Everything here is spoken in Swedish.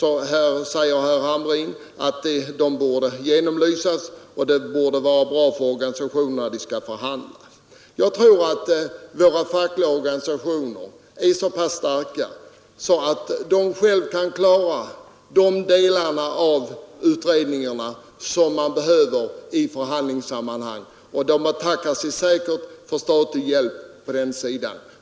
Vidare säger herr Hamrin att problemen bör genomlysas och att det kan vara bra för organisationerna när de skall förhandla. Jag tror emellertid att våra fackliga organisationer är så starka att de själva klarar de delar av utredningarna som man behöver i förhandlingssammanhang. På den sidan betackar man sig säkert för statlig hjälp i det fallet.